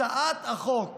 הצעת החוק